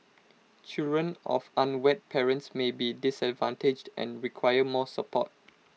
children of unwed parents may be disadvantaged and require more support